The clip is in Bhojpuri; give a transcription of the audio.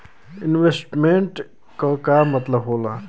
इन्वेस्टमेंट क का मतलब हो ला?